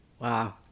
Wow